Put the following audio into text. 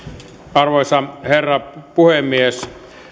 arvoisa herra puhemies